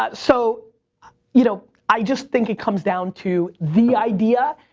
but so you know i just think it comes down to the idea,